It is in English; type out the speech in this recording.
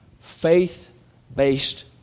faith-based